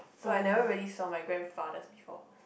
so I never really saw my grandfathers before